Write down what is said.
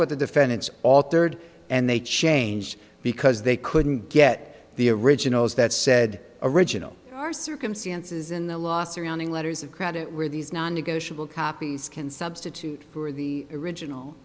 what the defendants altered and they change because they couldn't get the originals that said original are circumstances in the last surrounding letters of credit where these non negotiable copies can substitute for the original